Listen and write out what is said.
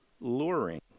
luring